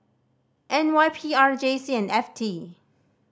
N Y P R J C and F T